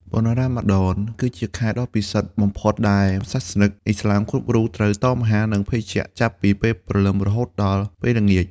បុណ្យរ៉ាម៉ាឌន គឺជាខែដ៏ពិសិដ្ឋបំផុតដែលសាសនិកឥស្លាមគ្រប់រូបត្រូវតមអាហារ និងភេសជ្ជៈចាប់ពីពេលព្រលឹមរហូតដល់ពេលល្ងាច។